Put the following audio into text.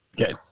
Okay